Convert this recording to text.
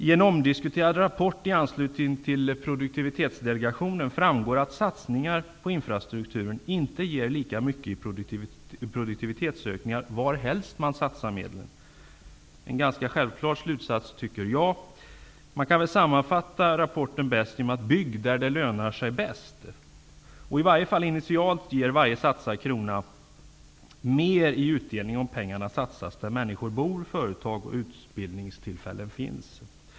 I en omdiskuterad rapport i anslutning till Produktivitetsdelegationen framgår att satsningar på infrastrukturen inte ger lika mycket i produktivitetsökningar, var helst man satsar medlen. Det är en ganska självklar slutsats, tycker jag. Rapporten kan bäst sammanfattas genom: Bygg där det lönar sig bäst. Initialt ger varje satsad krona mer i utdelning, om pengarna satsas där människor bor samt där företag och utbildningstillfällen finns.